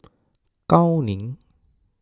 Gao Ning